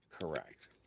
Correct